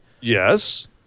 Yes